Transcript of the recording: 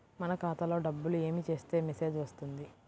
మన ఖాతాలో డబ్బులు ఏమి చేస్తే మెసేజ్ వస్తుంది?